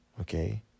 Okay